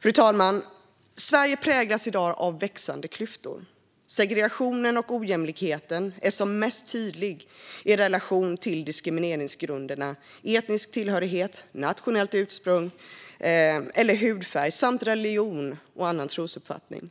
Fru talman! Sverige präglas i dag av växande klyftor. Segregationen och ojämlikheten är som mest tydlig i relation till diskrimineringsgrunderna etnisk tillhörighet, nationellt ursprung, hudfärg samt religion och annan trosuppfattning.